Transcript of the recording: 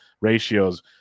ratios